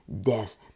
death